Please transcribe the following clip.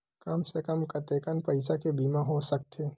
कम से कम कतेकन पईसा के बीमा हो सकथे?